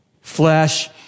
Flesh